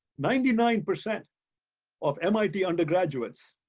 ninety nine percent of mit undergraduates.